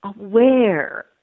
aware